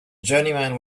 journeyman